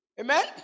amen